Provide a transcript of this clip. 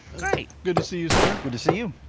great. good to see you, sir. good to see you.